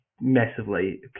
massively